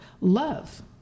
love